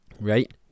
Right